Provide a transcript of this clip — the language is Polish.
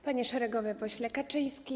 Panie Szeregowy Pośle Kaczyński!